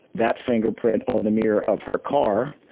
that fingerprint on the mirror of her car,